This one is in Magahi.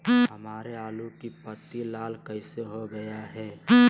हमारे आलू की पत्ती लाल कैसे हो गया है?